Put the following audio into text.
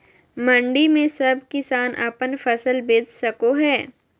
मंडी में सब किसान अपन फसल बेच सको है?